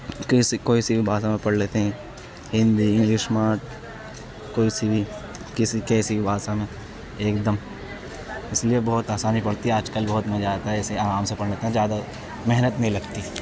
کیسی کوئی سی بھی بھاشا میں پڑھ لیتے ہیں ہندی انگلش ماٹ کوئی سی بھی کسی کیسی بھی بھاشا میں ایک دم اس لیے بہت آسانی پڑتی ہے آج کل بہت مزہ آتا ہے ایسے آرام سے پڑھ لیتے ہیں زیادہ محنت نہیں لگتی